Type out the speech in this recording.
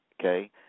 okay